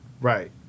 Right